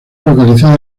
localizada